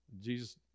Jesus